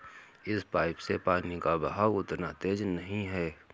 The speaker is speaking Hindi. इस पाइप से पानी का बहाव उतना तेज नही है